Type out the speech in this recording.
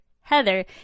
Heather